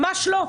ממש לא.